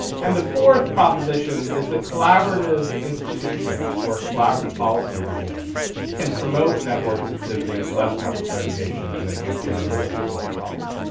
and the fourth proposition is the collaborative institutions or collaborative policy regimes can promote networks exhibiting, less network segregation and enhancing our ability to solve problems.